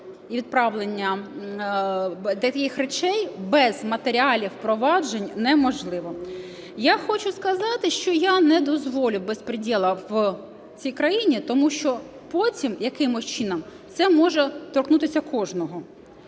і відправлення таких речей, без матеріалів проваджень, неможливе. Я хочу сказати, що я не дозволю "беспредела" в цій країні тому що потім якимось чином, це може торкнутися кожного.